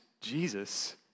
Jesus